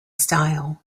style